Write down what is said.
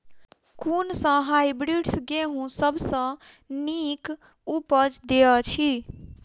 कुन सँ हायब्रिडस गेंहूँ सब सँ नीक उपज देय अछि?